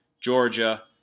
georgia